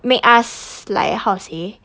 make us like how to say